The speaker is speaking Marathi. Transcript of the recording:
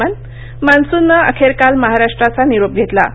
हवामानः मान्सूननं अखेर काल महाराष्ट्राचा निरोप घेतला